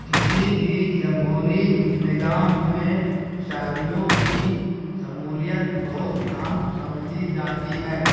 کسی بھی جمہوری نظام میں شہریوں کی شمولیت بہت اہم سمجھی جاتی ہے